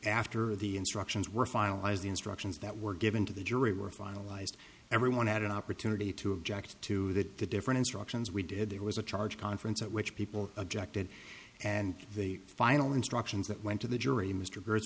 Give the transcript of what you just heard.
after the instructions were finalized the instructions that were given to the jury were finalized everyone had an opportunity to object to that the different instructions we did there was a charge conference at which people objected and the final instructions that went to the jury